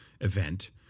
event